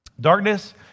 Darkness